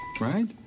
right